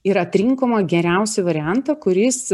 ir atrinkome geriausią variantą kuris